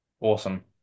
awesome